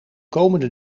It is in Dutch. komende